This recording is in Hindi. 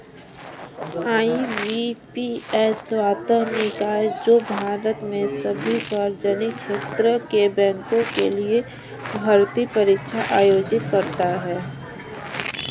आई.बी.पी.एस स्वायत्त निकाय है जो भारत में सभी सार्वजनिक क्षेत्र के बैंकों के लिए भर्ती परीक्षा आयोजित करता है